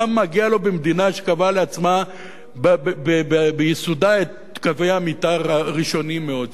מה מגיע לו במדינה שקבעה לעצמה ביסודה את קווי המיתאר הראשונים מאוד,